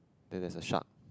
then there is a shark